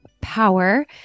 power